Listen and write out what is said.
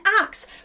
acts